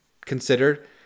considered